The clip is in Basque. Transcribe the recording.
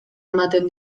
ematen